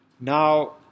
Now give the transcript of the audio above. Now